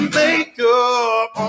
makeup